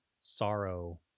sorrow